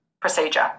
procedure